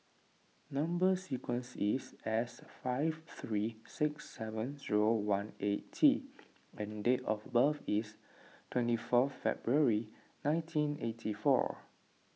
Number Sequence is S five three six seven zero one eight T and date of birth is twenty four February nineteen eighty four